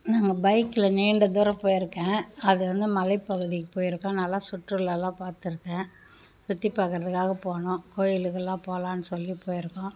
நான் பைக்கில் நீண்ட தூரம் போயிருக்கேன் அது வந்து மலைப்பகுதிக்கு போயிருக்கேன் நல்லா சுற்றுலாயெலாம் பார்த்துருக்கேன் சுற்றி பார்க்குறதுக்காக போனோம் கோவிலுக்கெலாம் போகலான்னு சொல்லி போயிருக்கோம்